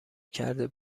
کرده